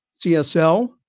CSL